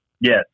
Yes